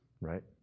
Right